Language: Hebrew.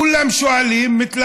כולם שואלים, מתלחששים,